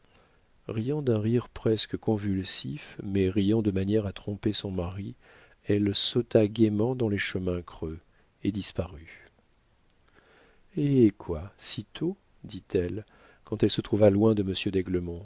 riant d'un rire presque convulsif mais riant de manière à tromper son mari elle sauta gaiement dans les chemins creux et disparut eh quoi sitôt dit-elle quand elle se trouva loin de